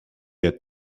had